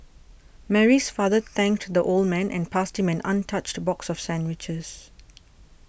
Mary's father thanked the old man and passed him an untouched box of sandwiches